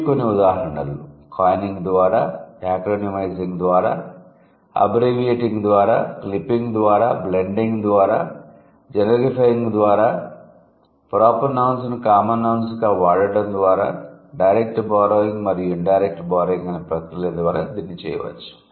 ఇవి కొన్ని ఉదాహరణలు కాయినింగ్ ద్వారా యాక్రోనిమైజింగ్ ద్వారా అబ్బ్రీవియేటింగ్ ద్వారా క్లిప్పింగ్ద్వారా బ్లెండింగ్ ద్వారా జెనెరిఫైయింగ్ ద్వారా ప్రోపర్ నౌన్స్ ను కామన్ నౌన్స్ గా వాడడం ద్వారా డైరెక్ట్ బారోయింగ్ మరియు ఇండైరెక్ట్ బారోయింగ్ అనే ప్రక్రియల ద్వారా చేయవచ్చు